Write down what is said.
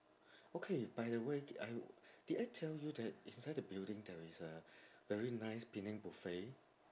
okay by the way did I did I tell you that it's inside the building there is a very nice penang buffet